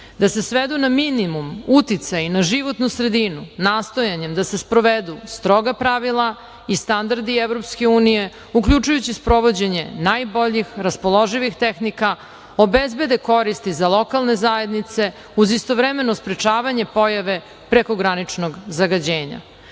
da se svedu na minimum uticaj na životnu sredinu nastojanjem da se sprovedu stroga pravila i standardi EU, uključujući sprovođenje najbolje raspoloživih tehnika, obezbede koristi za lokalne zajednice uz istovremeno sprečavanje pojave preko graničnog zagađenja. Pod